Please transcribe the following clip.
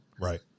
Right